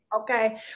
Okay